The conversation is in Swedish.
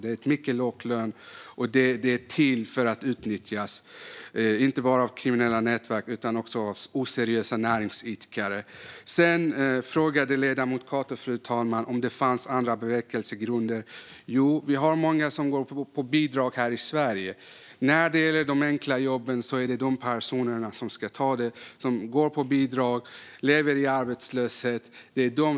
Det är en mycket låg lön, och den är till för att utnyttjas inte bara av kriminella nätverk utan också av oseriösa näringsidkare. Sedan frågade ledamoten Cato om det fanns andra bevekelsegrunder, fru talman. Jo, vi har många som går på bidrag här i Sverige, och när det gäller de enkla jobben är det de personer som går på bidrag och lever i arbetslöshet som ska ta dem.